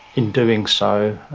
in doing so,